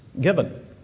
given